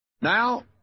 Now